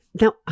Now-